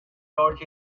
torch